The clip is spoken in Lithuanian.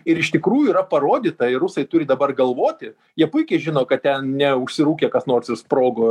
ir iš tikrųjų yra parodyta ir rusai turi dabar galvoti jie puikiai žino kad ten ne užsirūkė kas nors ir sprogo